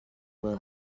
will